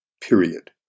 period